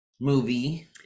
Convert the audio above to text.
Movie